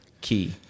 key